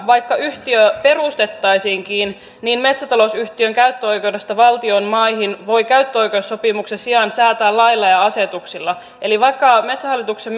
vaikka yhtiö perustettaisiinkin niin asiantuntijoiden mukaan metsätalousyhtiön käyttöoikeudesta valtion maihin voi käyttöoikeussopimuksen sijaan säätää lailla ja asetuksilla eli vaikka metsähallituksen